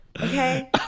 okay